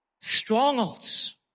strongholds